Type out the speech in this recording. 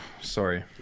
sorry